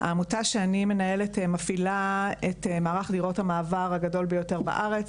העמותה שאני מנהלת מפעילה את מערך דירות המעבר הגדול ביותר בארץ.